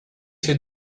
could